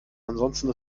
ansonsten